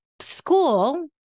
school